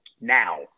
now